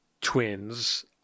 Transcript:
twins